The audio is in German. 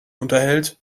unterhält